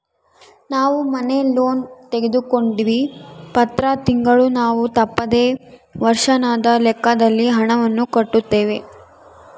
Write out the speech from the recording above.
ನಾವು ಮನೆ ಲೋನ್ ತೆಗೆದುಕೊಂಡಿವ್ವಿ, ಪ್ರತಿ ತಿಂಗಳು ನಾವು ತಪ್ಪದೆ ವರ್ಷಾಶನದ ಲೆಕ್ಕದಲ್ಲಿ ಹಣವನ್ನು ಕಟ್ಟುತ್ತೇವೆ